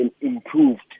improved